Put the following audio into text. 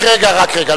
רק רגע,